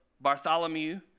Bartholomew